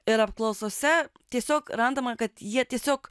ir apklausose tiesiog randama kad jie tiesiog